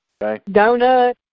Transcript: Donut